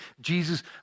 Jesus